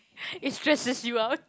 it stresses you out